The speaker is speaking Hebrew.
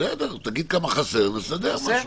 תגיד כמה חסר ונסדר משהו.